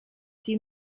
die